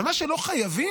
אבל מה שלא חייבים,